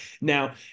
Now